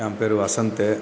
என் பேர் வசந்த்